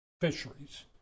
fisheries